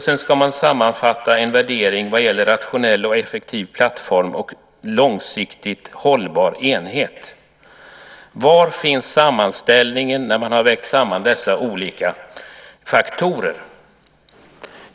Sedan ska man sammanfatta en värdering vad gäller en rationell och effektiv plattform och en långsiktigt hållbar enhet. Var finns sammanställningen där man vägt samman dessa olika faktorer?